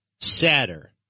sadder